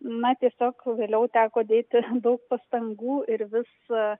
na tiesiog vėliau teko dėti daug pastangų ir vis